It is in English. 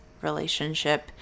relationship